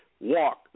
Walk